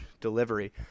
delivery